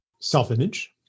self-image